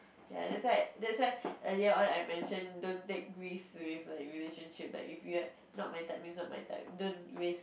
ya that's why that's why earlier on I mention don't take risk with like relationship like if you're not my type means not my type don't waste